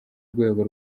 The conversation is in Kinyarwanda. rwego